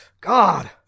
God